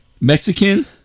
Mexican